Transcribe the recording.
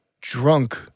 drunk